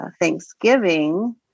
Thanksgiving